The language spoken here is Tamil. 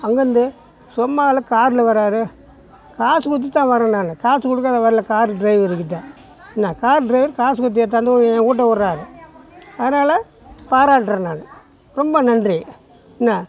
அங்கேருந்து சும்மாலாம் காரில் வர்றாரு காசு கொடுத்து தான் வரேன் நான் காசு கொடுக்காத வரல காரு டிரைவருக்கிட்ட என்ன கார் டிரைவர் காசு கொடுத்து எடுத்தாந்து என் வீட்ல விட்றாரு அதனால பாராட்டுகிறேன் நான் ரொம்ப நன்றி என்ன